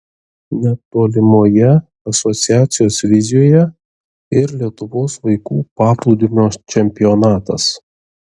netolimoje asociacijos vizijoje ir lietuvos vaikų paplūdimio čempionatas